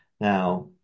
Now